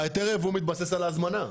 היתר היבוא מתבסס על ההזמנה.